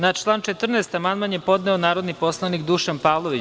Na član 14. amandman je podneo narodni poslanik Dušan Pavlović.